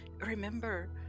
remember